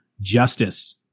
justice